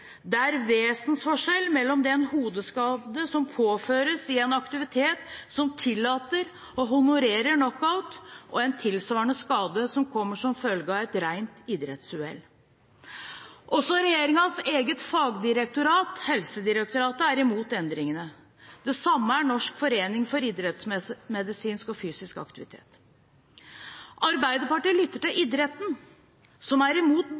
«det er vesensforskjell mellom den hodeskade som påføres i en aktivitet som tillater og honorerer knockout, og en tilsvarende skade som kommer som følge av et rent idrettsuhell». Også regjeringens eget fagdirektorat, Helsedirektoratet, er imot endringene. Det samme er Norsk forening for idrettsmedisinsk og fysisk aktivitet. Arbeiderpartiet lytter til idretten, som er både imot